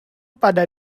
pada